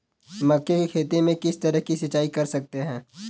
मक्के की खेती में किस तरह सिंचाई कर सकते हैं?